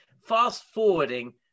fast-forwarding